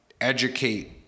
educate